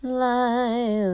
lie